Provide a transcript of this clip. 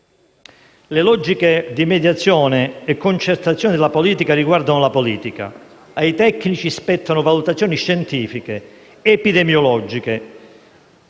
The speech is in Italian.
Le logiche di mediazione e concertazione della politica riguardano la politica. Ai tecnici spettano valutazioni scientifiche, epidemiologiche,